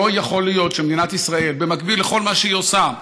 לא יכול להיות שמדינת ישראל במקביל לכל מה שהיא עושה,